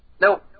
No